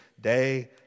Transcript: day